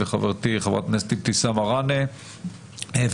וחברתי חברת הכנסת אבתיסאם מראענה ואני,